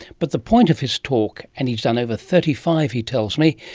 but the point of his talk, and he's done over thirty five he tells me